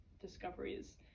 Discoveries